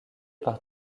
par